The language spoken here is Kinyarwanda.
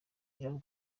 jean